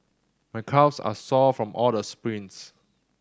my calves are sore from all the sprints